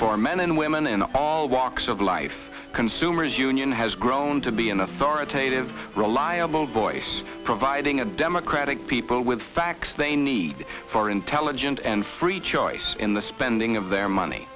for men and women in all walks of life consumers union has grown to be an authority of reliable voice providing a demo credit people with facts they need for intelligent and free choice in the spending of their money